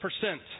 percent